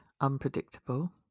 unpredictable